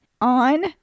on